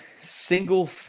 single